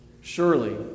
Surely